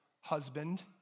husband